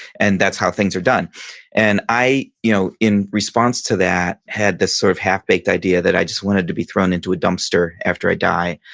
and that's how things are done and i, you know in response to that, had this sort of half-baked idea that i just wanted to be thrown into a dumpster after i die.